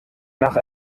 nach